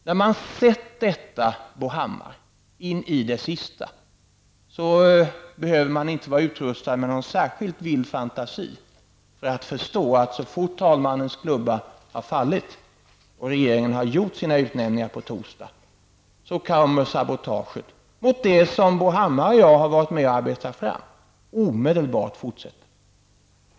När man sett detta utföras, in i det sista, behöver man inte vara utrustad med någon särskild vild fantasi för att förstå att så fort talmannens klubba har fallit, och regeringen har gjort sina utnämningar på torsdag, kommer sabotaget mot det som Bo Hammar och jag varit med om att arbeta fram omedelbart att fortsätta.